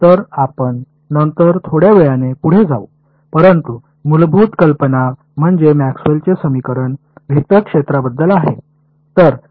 तर आपण नंतर थोड्या वेळाने पुढे जाऊ परंतु मूलभूत कल्पना म्हणजे मॅक्सवेलचे समीकरण वेक्टर क्षेत्राबद्दल आहेत